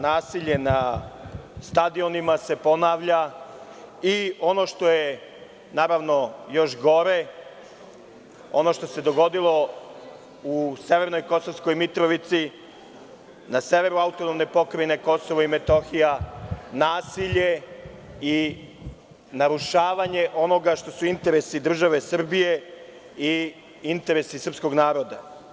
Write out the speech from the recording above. Nasilje na stadionima se ponavlja i ono što je još gore je ono što se dogodilo u severnoj Kosovskoj Mitrovici, na severu AP KiM, nasilje i narušavanje onoga što su interesi države Srbije i interesi srpskog naroda.